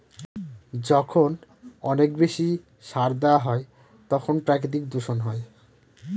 যখন অনেক বেশি সার দেওয়া হয় তখন প্রাকৃতিক দূষণ হয়